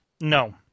No